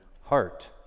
heart